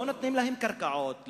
לא נותנים להם קרקעות,